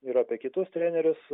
ir apie kitus trenerius